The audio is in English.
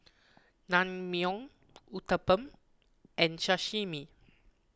Naengmyeon Uthapam and Sashimi